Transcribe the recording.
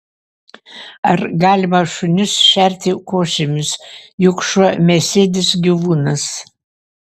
ar galima šunis šerti košėmis juk šuo mėsėdis gyvūnas